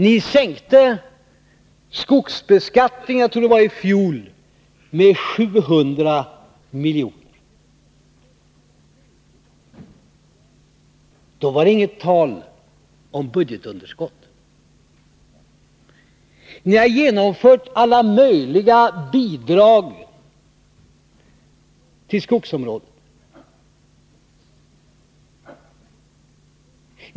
Ni sänkte skogsbeskattningen— jag tror det var i fjol — med 700 miljoner. Då var det inte tal om budgetunderskott. Ni har infört alla möjliga bidrag på skogsområdet.